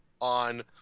on